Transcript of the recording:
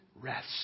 rest